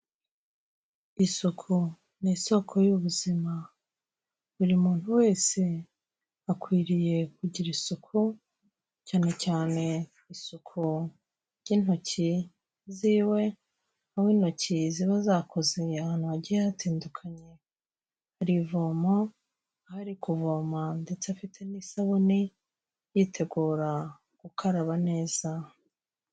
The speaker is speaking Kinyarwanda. Isuku ni isoko y'ubuzima, buri muntu wese akwiriye kugira isuku, cyane cyane isuku y'intoki ziwe aho intoki ziba zakoze ahantu hagiye hatandukanye, hari ivomo hari kuvoma ndetse afite n'isabune yitegura gukaraba neza.